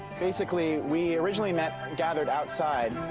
basically we originally met, gathered outside,